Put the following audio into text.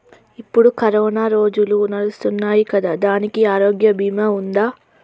ఇప్పుడు కరోనా రోజులు నడుస్తున్నాయి కదా, దానికి ఆరోగ్య బీమా ఉందా?